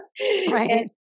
right